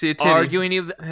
arguing